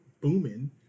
booming